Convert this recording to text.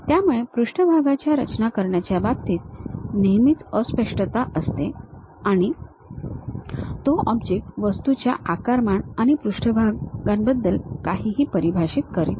त्यामुळे पृष्ठभागाच्या रचना करण्याच्या बाबतीत नेहमीच अस्पष्टता असते आणि तो ऑब्जेक्ट वस्तूच्या आकारमान आणि पृष्ठभागांबद्दल काहीही परिभाषित करत नाही